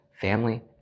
family